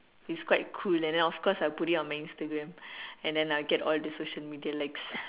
it's quite cool and then of course I'll put it on my Instagram and then I'll get all the social Media likes